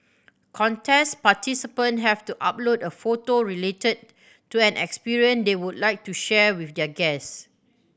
contest participant have to upload a photo related to an they would like to share with their guest